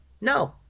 No